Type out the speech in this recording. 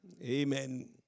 Amen